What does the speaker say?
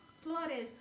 Flores